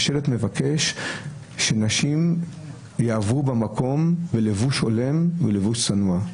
כשהשלט מבקש שנשים יעברו במקום בלבוש הולם וצנוע.